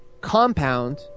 compound